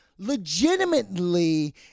legitimately